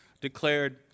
declared